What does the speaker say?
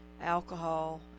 alcohol